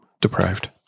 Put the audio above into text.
deprived